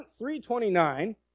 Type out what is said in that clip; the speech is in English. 3.29